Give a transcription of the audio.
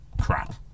crap